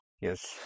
yes